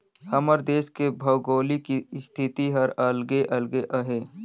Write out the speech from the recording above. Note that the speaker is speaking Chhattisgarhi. हमर देस के भउगोलिक इस्थिति हर अलगे अलगे अहे